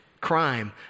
crime